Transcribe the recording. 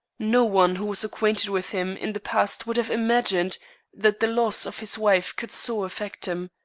no one who was acquainted with him in the past would have imagined that the loss of his wife could so affect him.